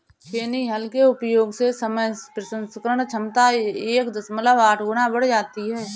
छेनी हल के उपयोग से समय प्रसंस्करण क्षमता एक दशमलव आठ गुना बढ़ जाती है